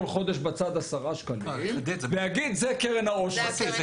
חודש בצד 10 שקלים ויגיד: זה הקרן העושר שלי.